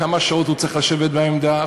כמה שעות הוא צריך לשבת בעמדה.